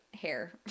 Hair